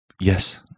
yes